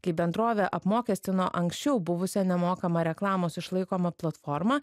kai bendrovė apmokestino anksčiau buvusią nemokamą reklamos išlaikomą platformą